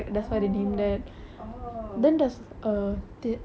oh !wow! why அது வந்து:athu vanthu brown colour லே இருந்ததா:il irunthathaa